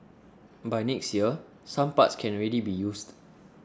by next year some parts can already be used